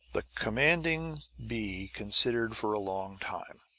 the commanding bee considered for a long time.